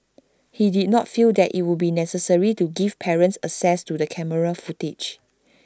she did not feel that IT would be necessary to give parents access to the camera footage